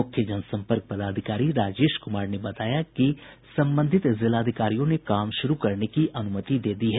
मुख्य जनसंपर्क पदाधिकारी राजेश कुमार ने बताया कि संबंधित जिलाधिकारियों ने काम शुरू करने की अनुमति दे दी है